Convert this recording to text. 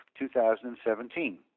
2017